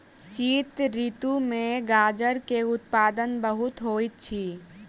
शीत ऋतू में गाजर के उत्पादन बहुत होइत अछि